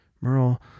Merle